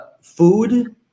food